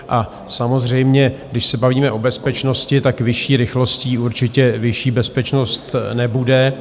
A samozřejmě, když se bavíme o bezpečnosti, vyšší rychlostí určitě vyšší bezpečnost nebude.